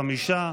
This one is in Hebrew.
חמישה.